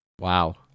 Wow